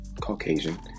Caucasian